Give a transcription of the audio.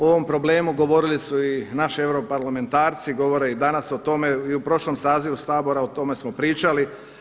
O ovom problemu govorili su i naše europarlamentarci, govore i danas o tome i u prošlom sazivu Sabora o tome smo pričali.